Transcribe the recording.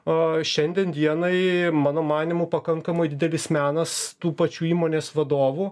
a šiandien dienai mano manymu pakankamai didelis menas tų pačių įmonės vadovų